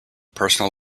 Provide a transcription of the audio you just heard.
personal